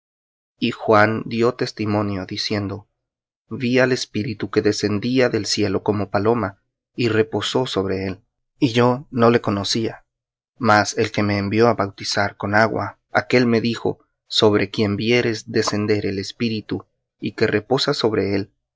y juan dió testimonio diciendo vi al espíritu que descendía del cielo como paloma y reposó sobre él y yo no le conocía mas el que me envió á bautizar con agua aquél me dijo sobre quien vieres descender el espíritu y que reposa sobre él